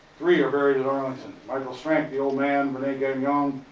three are buried at arlington michael strank, the old man, rene gagnon,